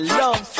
love